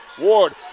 Ward